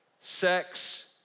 sex